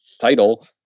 title